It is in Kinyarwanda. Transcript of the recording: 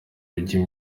mijyi